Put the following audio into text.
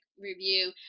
review